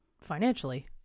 financially